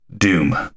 doom